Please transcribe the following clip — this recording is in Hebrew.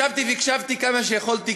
ישבתי והקשבתי כמה שיכולתי,